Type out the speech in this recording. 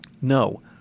no